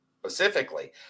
specifically